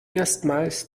erstmals